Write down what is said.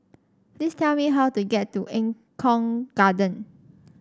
please tell me how to get to Eng Kong Garden